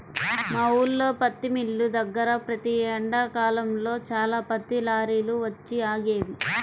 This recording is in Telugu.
మా ఊల్లో పత్తి మిల్లు దగ్గర ప్రతి ఎండాకాలంలో చాలా పత్తి లారీలు వచ్చి ఆగేవి